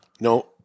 No